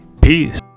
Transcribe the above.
Peace